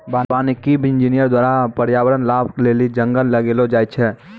वानिकी इंजीनियर द्वारा प्रर्यावरण लाभ लेली जंगल लगैलो जाय छै